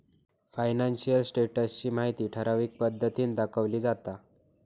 financial status ची माहिती ठराविक पद्धतीन दाखवली जाता